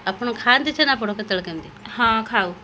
ଆପଣ ଖାଆନ୍ତି ଛେନାପୋଡ଼ କେତେବେଳେ କେମିତି ହଁ ଖାଉ